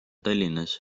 tallinnas